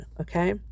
okay